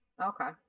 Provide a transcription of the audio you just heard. Okay